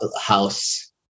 house